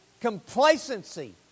complacency